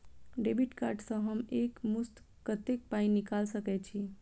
Debit card सँ हम एक मुस्त कत्तेक पाई निकाल सकय छी?